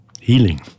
healing